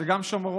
זה גם שומרון,